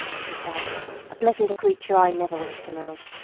he replied a pleasanter creature i never wish to mount.